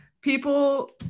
People